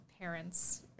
parents